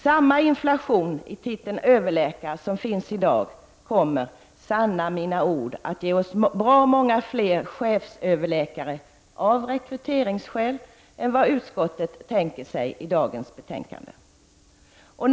Samma inflation i titeln överläkare som finns i dag kommer, sanna mina ord, av rekryteringsskäl att ge oss bra många fler chefsöverläkare än vad utskottet tänker sig i det betänkande som behandlas i dag.